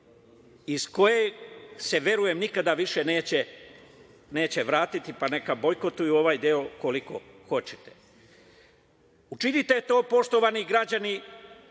iz kojeg se, verujem, nikada više neće vratiti, pa neka bojkotuju ovaj deo koliko hoćete. Učinite to, poštovani građani,